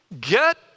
get